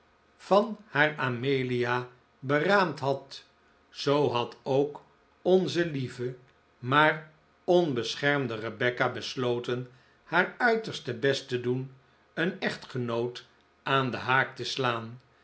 van haar amelia beraamd had zoo had ook onze lieve maar onbeschermde rebecca besloten haar uiterste best te doen een echtgenoot aan den haak te slaan